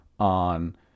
On